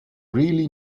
really